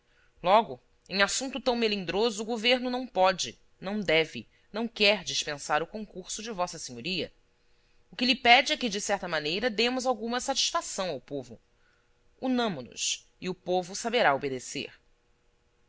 logo em assunto tão melindroso o governo não pode não quer dispensar o concurso de vossa senhoria o que lhe pede é que de certa maneira demos alguma satisfação ao povo unamo nos e o povo saberá obedecer